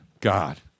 God